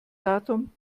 datum